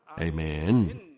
Amen